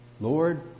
Lord